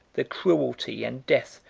the cruelty, and death,